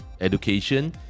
education